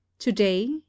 today